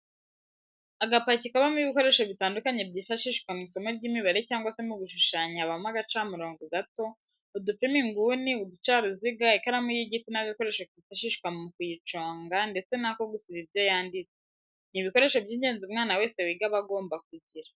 Agapaki kabamo ibikoresho bitandukanye byifashishwa mU isomo ry'imibare cyangwa se mu gushushanya habamo agacamurongo gato, udupima inguni, uducaruziga ,ikaramu y'igiti n'agakoresho kifashishwa mu kuyiconga ndetse n'ako gusiba ibyo yanditse, ni ibikoresho by'ingenzi umwana wese wiga aba agomba kugira.